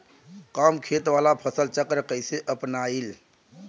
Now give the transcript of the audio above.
कम खेत वाला फसल चक्र कइसे अपनाइल?